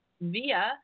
via